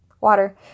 water